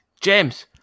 James